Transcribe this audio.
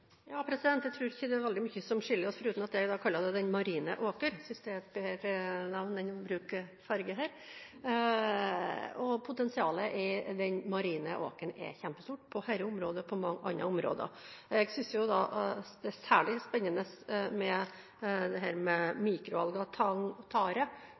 veldig mye som skiller oss, bortsett fra at jeg kaller det for «den marine åker», som jeg synes er et bedre navn enn å bruke farge. Potensialet i den marine åkeren er kjempestort – på dette området og på mange andre områder. Jeg synes at det er særlig spennende med mikroalger, tang og tare